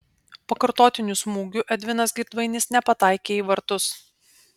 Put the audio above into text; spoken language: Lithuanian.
pakartotiniu smūgiu edvinas girdvainis nepataikė į vartus